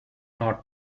not